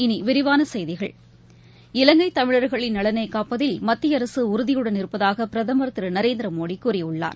இனி விரிவான செய்திகள் இலங்கை தமிழர்களின் நலனை காப்பதில் மத்திய அரசு உறுதியுடன் இருப்பதாக பிரதமர் திரு நரேந்திர மோடி கூறியுள்ளார்